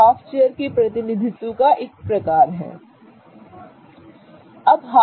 तो यह half chair के प्रतिनिधित्व का एक प्रकार है